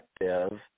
effective